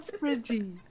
Reggie